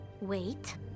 wait